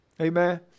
Amen